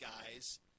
guys